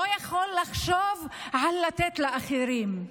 לא יכול לחשוב על לתת לאחרים.